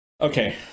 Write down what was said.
okay